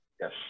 Yes